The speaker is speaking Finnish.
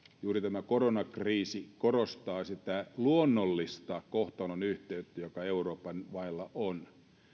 juuri tämä koronakriisi korostaa sitä luonnollista kohtalonyhteyttä joka euroopan mailla on